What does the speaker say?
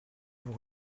vous